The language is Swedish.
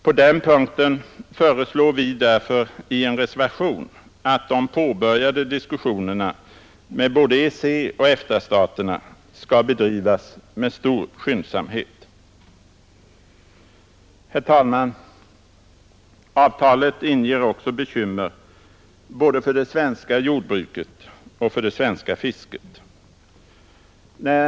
På den punkten föreslår vi därför i en reservation att de påbörjade diskussionerna med både EEC och EFTA-staterna skall bedrivas med stor skyndsamhet. Herr talman! Avtalet inger också be ymmer både för det svenska jordbruket och för det svenska fisket.